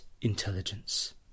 intelligence